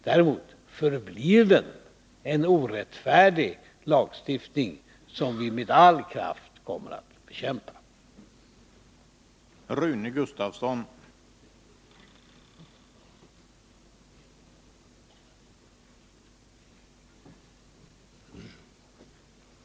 Däremot förblir propositionen ett förslag till en orättfärdig lagstiftning, som vi med all kraft kommer att bekämpa.